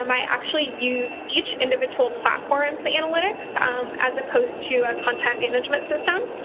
um i actually use each individual platform for analytics um as opposed to a content management system.